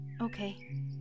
Okay